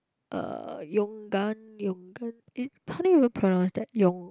uh Yoogane Yoogane it how do you even pronounce that yoo~